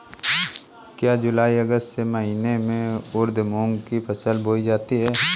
क्या जूलाई अगस्त के महीने में उर्द मूंग की फसल बोई जाती है?